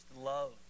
love